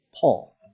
Paul